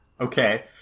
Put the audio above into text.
okay